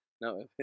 No